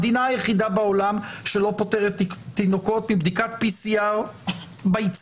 המדינה היחידה בעולם שלא פוטרת תינוקות מבדיקת PCR ביציאה,